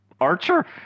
Archer